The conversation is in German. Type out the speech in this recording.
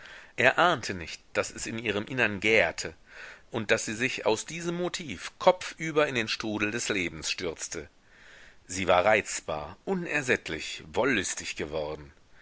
er ahnte nicht daß es in ihrem innern gärte und daß sie sich aus diesem motiv kopfüber in den strudel des lebens stürzte sie war reizbar unersättlich wollüstig geworden